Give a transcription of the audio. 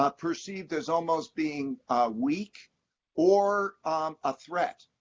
ah perceived as almost being weak or a threat.